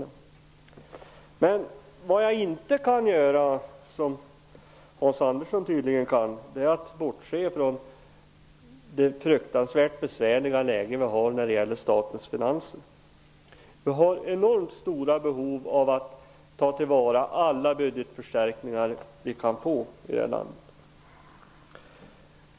Däremot kan jag inte, vilket Hans Andersson tydligen gör, bortse från det fruktansvärt besvärliga läget för statens finanser. Vi har enormt stora behov av att ta till vara alla budgetförstärkningar vi kan få i det här landet.